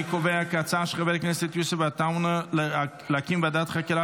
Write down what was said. אני קובע כי ההצעה של חבר הכנסת יוסף עטאונה להקים ועדת חקירה